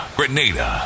Grenada